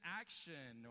action